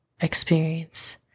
experience